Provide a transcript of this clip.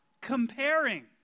comparing